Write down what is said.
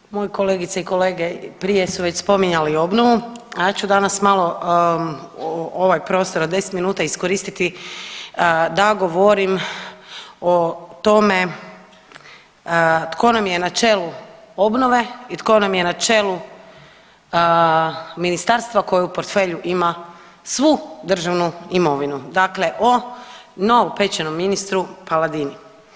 Dakle, moje kolegice i kolege prije su već spominjali obnovu, a ja ću danas malo ovaj prostor od 10 minuta iskoristiti da govorim o tome tko nam je na čelu obnove i tko nam je na čelu ministarstva koji u portfelju ima svu državnu imovinu, dakle o novopečenom ministru Paladinu.